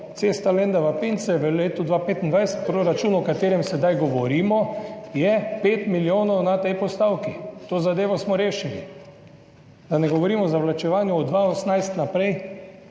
cesta Lendava–Pince v letu 2025, proračun, o katerem sedaj govorimo, je pet milijonov na tej postavki. To zadevo smo rešili. Da ne govorim o zavlačevanju od leta 2018 naprej,